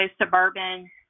suburban